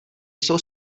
jsou